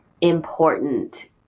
important